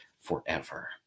forever